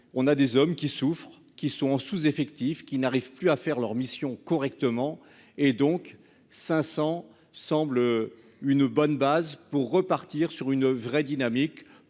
on a des hommes qui souffrent, qui sont en sous-effectifs qui n'arrivent plus à faire leur mission correctement et donc 500 semble une bonne base pour repartir sur une vraie dynamique